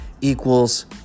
equals